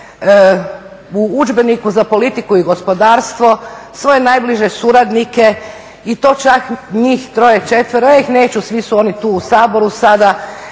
u udžbeniku za politiku i gospodarstvo svoje najbliže suradnike i to čak njih 3, 4, ja ih neću svi su oni tu u Saboru sada